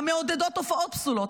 המעודדות תופעות פסולות,